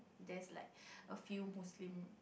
there is like a few Muslims